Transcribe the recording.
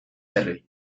berri